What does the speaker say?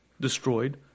destroyed